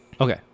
Okay